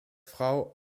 frau